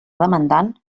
demandant